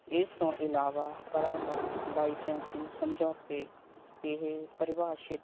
ਇਸ ਤੋਂ ਇਲਾਵਾ ਕਲਾਕਾਰ ਲਾਈਸੈਂਸਿੰਗ ਸਮਝੌਤੇ ਇਹ ਪਰਿਭਾਸ਼ਤ